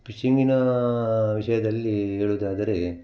ಫಿಶಿಂಗಿನ ವಿಷಯದಲ್ಲಿ ಹೇಳುವುದಾದರೆ